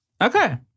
Okay